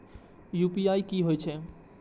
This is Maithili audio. यू.पी.आई की हेछे?